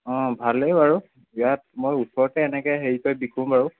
অঁ ভালেই বাৰু ইয়াত মই ওচৰতে এনেকৈ হেৰি কৰি বিকো বাৰু